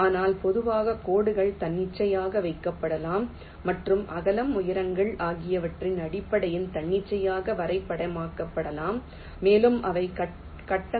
ஆனால் பொதுவாக கோடுகள் தன்னிச்சையாக வைக்கப்படலாம் மற்றும் அகலம் உயரங்கள் ஆகியவற்றின் அடிப்படையில் தன்னிச்சையாக வடிவமைக்கப்படலாம் மேலும் அவை கட்டங்களுடன் சீரமைக்கப்பட வேண்டியதில்லை